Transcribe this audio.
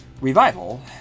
revival